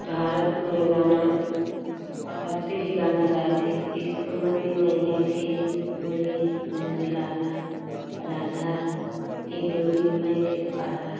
भारत में गाना भक्ति की गाना गाए थे यशोमती मइया की बोले नंदलाला राधा की गोरी मैं क्यों काला